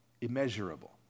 immeasurable